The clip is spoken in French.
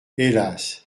hélas